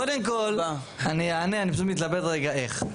קודם כל, אני אענה, אני פשוט מתלבט רגע איך.